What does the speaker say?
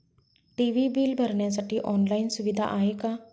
TV bill भरण्यासाठी online सुविधा आहे का?